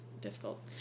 difficult